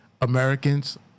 Americans